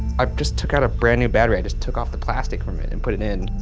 i just took out a brand new battery, i just took off the plastic from it and put it in,